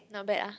not bad ah